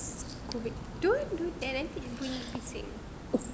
COVID don't do that nanti bunyi bising